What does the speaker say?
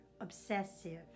obsessive